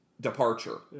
departure